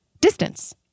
distance